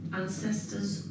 ancestors